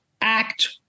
act